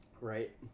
right